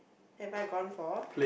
have I gone for